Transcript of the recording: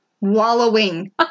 Wallowing